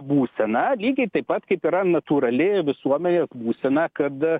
būsena lygiai taip pat kaip yra natūrali visuomenės būsena kad